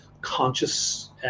conscious